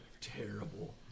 terrible